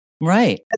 Right